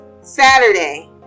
Saturday